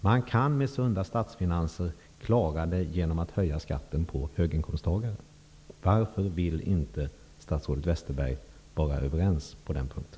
Man kan med sunda statsfinanser klara det genom att höja skatten för höginkomsttagarna. Varför kan statsrådet Westerberg inte vara överens med mig på den punkten?